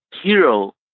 Hero